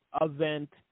event